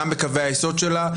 גם בקווי היסוד שלה,